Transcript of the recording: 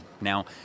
Now